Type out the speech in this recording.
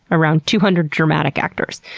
around two hundred dramatic actors.